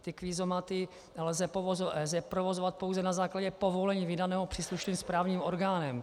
Ty kvízomaty lze provozovat pouze na základě povolení vydaného příslušným správním orgánem.